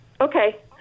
Okay